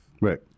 right